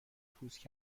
پوست